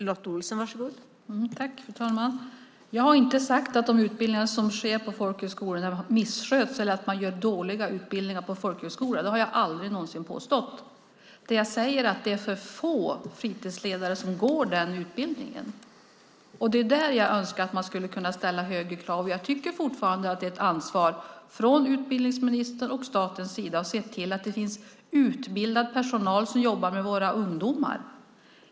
Fru talman! Jag har inte sagt att de utbildningar som sker på folkhögskolorna missköts eller att utbildningarna på folkhögskolorna är dåliga. Det har jag aldrig någonsin påstått. Jag säger att det är för få fritidsledare som går den utbildningen. Det är där jag önskar att man skulle kunna ställa högre krav. Jag tycker fortfarande att det är ett ansvar för utbildningsministern och staten att se till att det finns utbildad personal som jobbar med våra ungdomar.